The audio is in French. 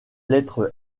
lettre